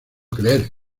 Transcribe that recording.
creer